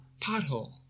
pothole